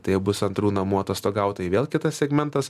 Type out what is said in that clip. tai jau bus antrų namų atostogautojai vėl kitas segmentas